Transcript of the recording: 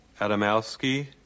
Adamowski